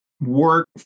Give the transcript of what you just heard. work